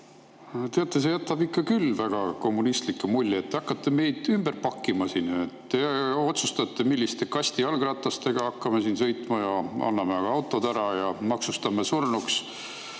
Teate, see jätab küll väga kommunistliku mulje, et te hakkate meid ümber siin pakkima. Te otsustate, milliste kastijalgratastega hakkame siin sõitma. Anname aga autod ära ja maksustame surnuks